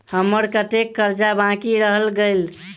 हम्मर कत्तेक कर्जा बाकी रहल गेलइ?